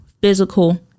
physical